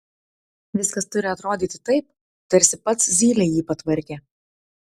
viskas turi atrodyti taip tarsi pats zylė jį patvarkė